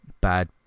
bad